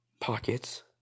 Pockets